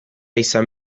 izan